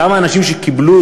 גם האנשים שקיבלו,